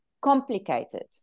complicated